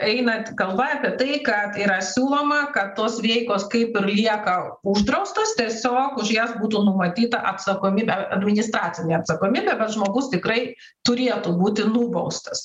eina tik kalba apie tai kad yra siūloma kad tos veikos kaip ir lieka uždraustos tiesiog už jas būtų numatyta atsakomybė administracinė atsakomybė bet žmogus tikrai turėtų būti nubaustas